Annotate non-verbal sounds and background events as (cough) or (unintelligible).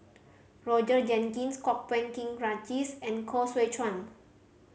Roger Jenkins Kwok Peng Kin (unintelligible) and Koh Seow Chuan